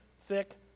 thick